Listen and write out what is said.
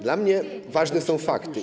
Dla mnie ważne są fakty.